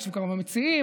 וכשכבר מציעים,